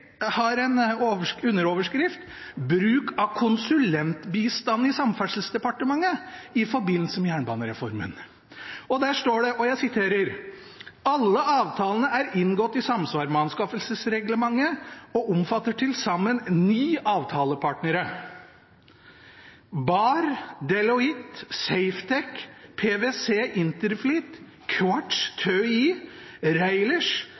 Samferdselsdepartementet i forbindelse med jernbanereformen». Der står det: «Alle avtalene er inngått i samsvar med anskaffelsesreglementet og omfatter til sammen ni avtaleparter: BAHR, Deloitte, Safetec,